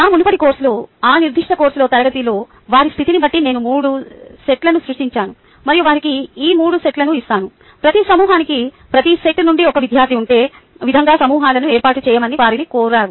నా మునుపటి కోర్సులో ఆ నిర్దిష్ట కోర్సులో తరగతిలో వారి స్థితిని బట్టి నేను 3 సెట్లను సృష్టించాను మరియు వారికి ఈ 3 సెట్లను ఇస్తాను ప్రతి సమూహానికి ప్రతి సెట్ నుండి ఒక విద్యార్థి ఉండే విధంగా సమూహాలను ఏర్పాటు చేయమని వారిని కోరారు